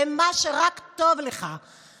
במה שטוב רק לך.